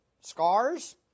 scars